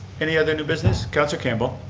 any other new business? councillor campbell.